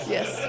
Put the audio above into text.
Yes